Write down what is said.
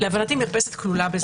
להבנתי, מרפסת כלולה בזה.